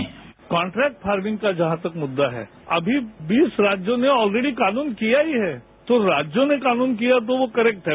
bite contract farming का जहां तक मुद्दा है अभी बीस राज्यों ने ऑलरेडी कानून किया ही है तो राज्यों ने कानून किया वो करेक्ट है